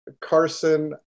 Carson